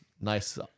Nice